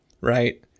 Right